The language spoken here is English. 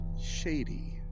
Shady